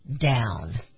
down